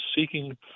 seeking